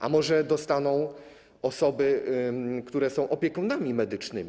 A może dostaną osoby, które są opiekunami medycznymi?